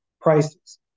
prices